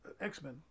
X-Men